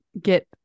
get